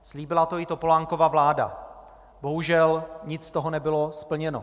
Slíbila to i Topolánkova vláda, bohužel nic z toho nebylo splněno.